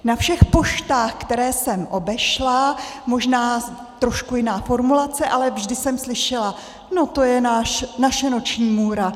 Na všech poštách, které jsem obešla, možná trošku jiná formulace, ale vždy jsem slyšela: No to je naše noční můra.